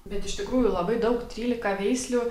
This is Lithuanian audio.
bet iš tikrųjų labai daug trylika veislių